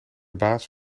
baas